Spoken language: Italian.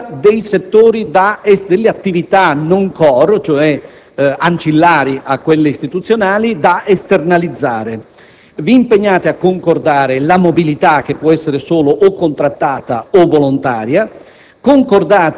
la scelta dei settori e delle attività *non* *core*, cioè ancillari a quelle istituzionali, da esternalizzare. Vi impegnate a concordare la mobilità, che può essere solo contrattata o volontaria.